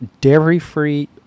dairy-free